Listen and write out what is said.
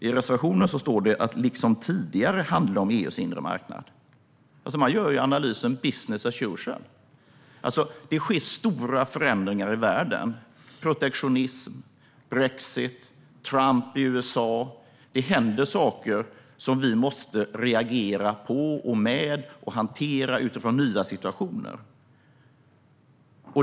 I reservationen står att det liksom tidigare bör handla om EU:s inre marknad. Man gör analysen att det är business as usual. Det sker stora förändringar i världen, till exempel vad gäller protektionism, brexit och Trump i USA. Det händer saker som vi måste reagera på och med och som vi måste hantera utifrån en ny situation.